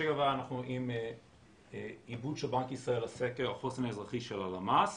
אנחנו רואים עיבוד של בנק ישראל לסקר החוסן האזרחי של הלמ"ס